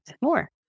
more